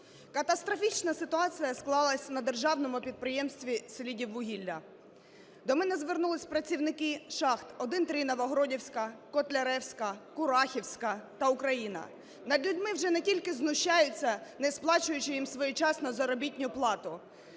Катастрофічна ситуація склалася на державному підприємстві "Селидіввугілля". До мене звернулися працівники шахт "1/3 Новогродівська", "Котляревська", "Курахівська" та "Україна". Над людьми вже не тільки знущаються, не сплачуючи їм своєчасно заробітну плату,